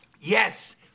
Yes